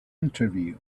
interview